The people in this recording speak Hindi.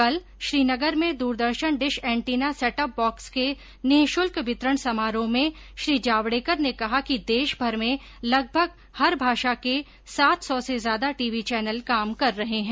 कल श्रीनगर में Doordarshan dish antenna set top box के निशुल्क वितरण समारोह में श्री जावड़ेकर ने कहा कि देशभर में लगभग हर भाषा के सात सौ से ज्यादा टीवी चैनल काम कर रहे हैं